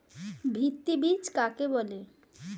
ভিত্তি বীজ কাকে বলে?